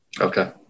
Okay